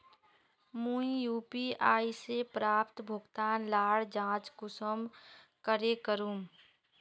मुई यु.पी.आई से प्राप्त भुगतान लार जाँच कुंसम करे करूम?